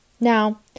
Now